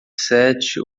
sete